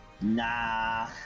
Nah